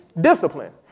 discipline